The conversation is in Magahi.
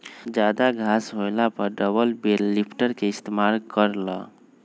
जादा घास होएला पर डबल बेल लिफ्टर के इस्तेमाल कर ल